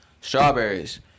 Strawberries